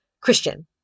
Christian